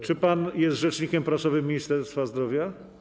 Czy pan jest rzecznikiem prasowym Ministerstwa Zdrowia?